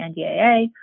NDAA